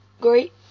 Great